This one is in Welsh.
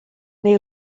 neu